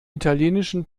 italienischen